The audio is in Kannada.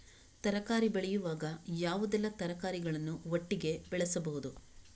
ತರಕಾರಿ ಬೆಳೆಯುವಾಗ ಯಾವುದೆಲ್ಲ ತರಕಾರಿಗಳನ್ನು ಒಟ್ಟಿಗೆ ಬೆಳೆಸಬಹುದು?